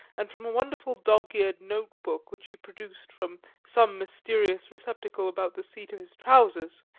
and from a wonderful dog's-eared notebook, which he produced from some mysterious receptacle about the seat of his trousers,